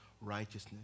righteousness